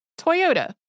Toyota